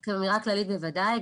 אז כאמירה כללית בוודאי,